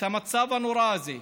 את המצב הנורא הזה?